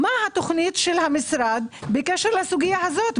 מה תוכנית המשרד בהקשר לסוגיה הזו,